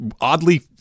oddly